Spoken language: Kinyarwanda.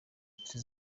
inshuti